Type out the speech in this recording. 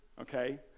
Okay